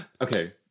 Okay